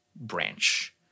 branch